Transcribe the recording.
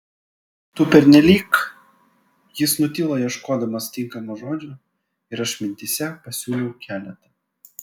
tu pernelyg jis nutilo ieškodamas tinkamo žodžio ir aš mintyse pasiūliau keletą